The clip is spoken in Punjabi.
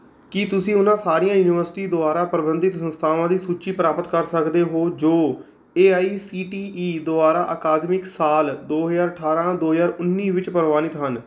ਕੀ ਤੁਸੀਂ ਉਹਨਾਂ ਸਾਰੀਆਂ ਯੂਨੀਵਰਸਿਟੀ ਦੁਆਰਾ ਪ੍ਰਬੰਧਿਤ ਸੰਸਥਾਵਾਂ ਦੀ ਸੂਚੀ ਪ੍ਰਾਪਤ ਕਰ ਸਕਦੇ ਹੋ ਜੋ A I C T E ਦੁਆਰਾ ਅਕਾਦਮਿਕ ਸਾਲ ਦੋ ਹਜ਼ਾਰ ਅਠਾਰਾਂ ਦੋ ਹਜ਼ਾਰ ਉੱਨੀ ਵਿੱਚ ਪ੍ਰਵਾਨਿਤ ਹਨ